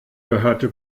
gehörte